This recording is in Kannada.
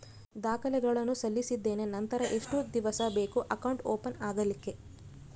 ದಾಖಲೆಗಳನ್ನು ಸಲ್ಲಿಸಿದ್ದೇನೆ ನಂತರ ಎಷ್ಟು ದಿವಸ ಬೇಕು ಅಕೌಂಟ್ ಓಪನ್ ಆಗಲಿಕ್ಕೆ?